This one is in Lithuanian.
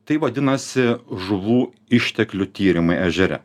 tai vadinasi žuvų išteklių tyrimai ežere